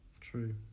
True